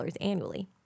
annually